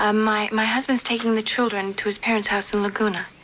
um my my husband's taking the children to his parent's house in laguna.